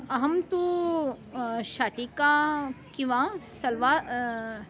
अहं तु शाटिका किं वा सल्वार्